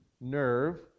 nerve